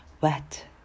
wet